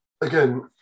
again